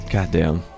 Goddamn